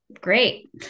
great